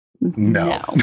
No